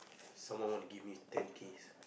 someone want to give me ten kiss